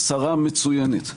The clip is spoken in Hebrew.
השרה המצוינת,